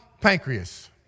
pancreas